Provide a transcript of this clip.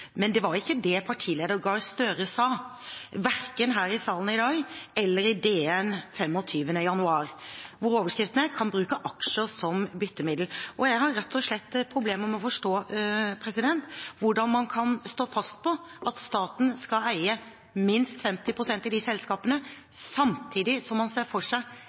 Men det var ikke det partileder Gahr Støre sa, verken her i salen i dag eller i DN 25. januar, hvor overskriften var: «Kan bruke aksjer som byttemiddel». Jeg har rett og slett problemer med å forstå hvordan man kan stå fast på at staten skal eie minst 50 pst. i de selskapene, samtidig som man ser for seg